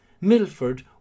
Milford